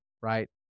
right